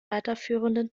weiterführenden